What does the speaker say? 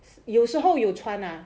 有时候有穿 ah